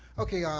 okay,